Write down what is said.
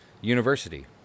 university